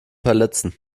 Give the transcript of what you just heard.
verletzen